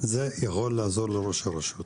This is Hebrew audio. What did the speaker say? זה יכול לעזור לראש הרשות.